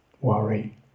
worry